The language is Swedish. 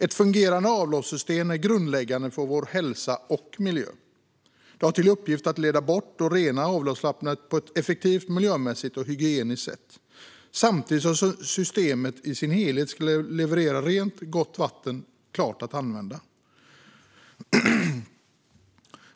Ett fungerande avloppssystem är grundläggande för vår hälsa och miljö. Det har till uppgift att leda bort och rena avloppsvattnet på ett effektivt, miljömässigt och hygieniskt sätt. Samtidigt ska systemet i sin helhet leverera rent och gott vatten som är klart att använda.